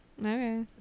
Okay